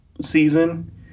season